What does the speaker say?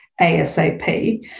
ASAP